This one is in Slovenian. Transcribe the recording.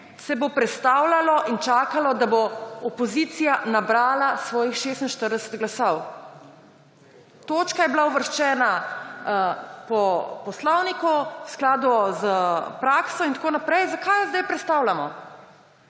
se bo prestavljalo in čakalo, da bo opozicija nabrala svojih 46 glasov. Točka je bila uvrščena po poslovniku, v skladu z prakso in tako naprej. Zakaj jo zdaj prestavljamo?